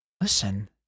listen